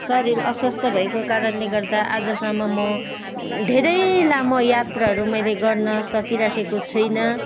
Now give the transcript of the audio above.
शरीर अस्वस्थ भएको कारणले गर्दा आजसम्म म धेरै लामो यात्राहरू मैले गर्न सकिराखेको छुइनँ